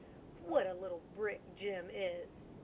what a little brick jim is!